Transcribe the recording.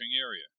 area